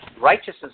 righteousness